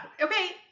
Okay